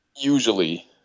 usually